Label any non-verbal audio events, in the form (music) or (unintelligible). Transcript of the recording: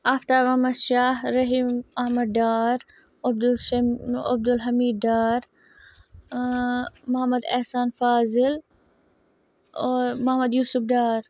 Aftab Ahmad Shah Rahim Ahmad Dar Abdul (unintelligible) Abdul Hamid Dar Mohammad Ehsan Fazil Mohammad Yousuf Dar